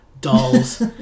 Dolls